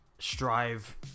strive